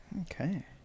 Okay